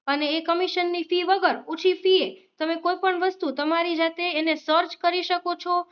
અને એ કમિશનની ફી વગર ઓછી ફીએ તમે કોઈપણ વસ્તુ તમારી જાતે એને સર્ચ કરી શકો છો